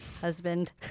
husband